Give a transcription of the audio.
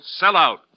Sellout